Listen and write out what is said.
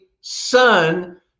son